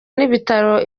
n’ibitaro